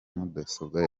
mudasobwa